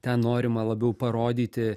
ten norima labiau parodyti